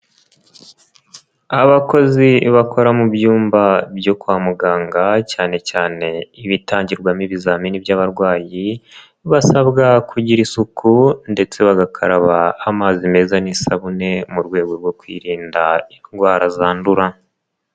Abakozi bakora mu byumba byo kwa muganga cyane cyane ibitangirwamo ibizamini by'abarwayi basabwa kugira isuku ndetse bagakaraba amazi meza n'isabune mu rwego rwo kwirinda indwara zandura.